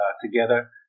together